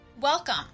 welcome